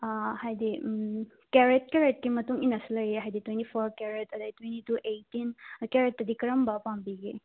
ꯍꯥꯏꯗꯤ ꯀꯦꯔꯦꯠ ꯀꯦꯔꯦꯠꯀꯤ ꯃꯇꯨꯡ ꯏꯟꯅꯁꯨ ꯂꯩꯌꯦ ꯍꯥꯏꯗꯤ ꯇ꯭ꯋꯦꯟꯇꯤꯐꯣꯔ ꯀꯦꯔꯦꯠ ꯑꯗꯩ ꯇ꯭ꯋꯦꯟꯇꯤꯇꯨ ꯑꯩꯇꯤꯟ ꯀꯦꯔꯦꯠꯇꯗꯤ ꯀꯔꯝꯕ ꯄꯥꯝꯕꯤꯒꯦ